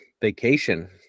vacation